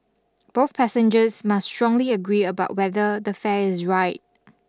both passengers must strongly agree about whether the fare is right